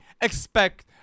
expect